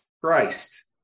Christ